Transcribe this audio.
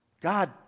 God